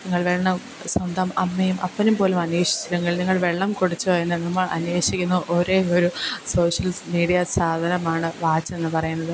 നിങ്ങൾ വെള്ളം സ്വന്തം അമ്മയും അപ്പനുംപ്പോലും അന്വേഷിച്ചെങ്കിൽ നിങ്ങൾ വെള്ളം കുടിച്ചോ എന്നു എന്നും നമ്മള് അന്വേഷിക്കുന്ന ഒരേ ഒരു സോഷ്യൽസ് മീഡിയാസ് സാധനമാണ് വാച്ച് എന്ന് പറയുന്നത്